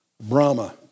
Brahma